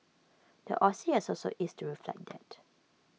the Aussie has also eased to reflect that